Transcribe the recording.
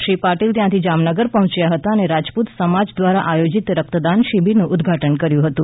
શ્રી પાટિલ ત્યાંથી જામનગર પહોંચ્યા હતા અને રાજપુત સમાજ દ્વારા આયોજિત રક્તદાન શિબિરનું ઉદ્વાટન કર્યું હતું